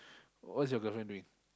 what's your girlfriend doing